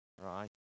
right